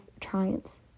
triumphs